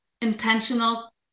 intentional